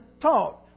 taught